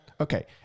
okay